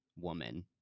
woman